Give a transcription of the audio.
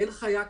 אין חיה כזו.